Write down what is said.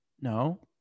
No